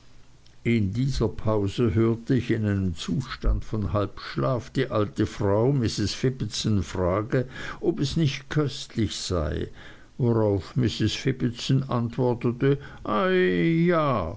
in dieser pause hörte ich in einem zustand von halbschlaf die alte frau mrs fibbitson fragen ob es nicht köstlich sei worauf mrs fibbitson antwortete eijei ja